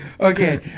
Okay